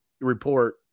report